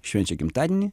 švenčia gimtadienį